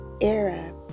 era